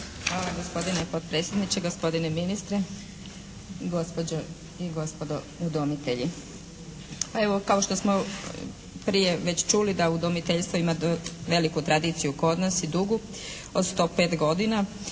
Hvala gospodine potpredsjedniče, gospodine ministre, gospođe i gospodo udomitelji. Pa evo kao što smo prije već čuli da udomiteljstvo ima veliku tradiciju kod nas i dugu od 105 godina,